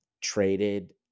traded –